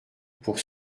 pour